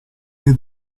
che